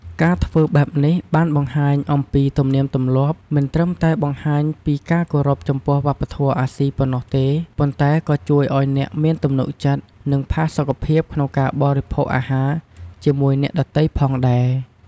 ការធ្វើបែបនេះបានបង្ហាញអំពីទំនៀមទម្លាប់ មិនត្រឹមតែបង្ហាញពីការគោរពចំពោះវប្បធម៌អាស៊ីប៉ុណ្ណោះទេ ប៉ុន្តែក៏ជួយឱ្យអ្នកមានទំនុកចិត្ត និងផាសុកភាពក្នុងការបរិភោគអាហារជាមួយអ្នកដទៃផងដែរ។